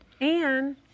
And-